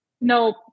No